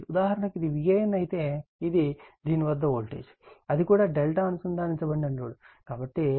ఉదాహరణకు ఇది VAN అయితే ఇది దీని వద్ద వోల్టేజ్ అది కూడా Δ అనుసందానించబడిన లోడ్